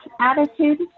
attitude